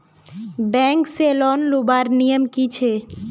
Bank से loan लुबार नियम की छे?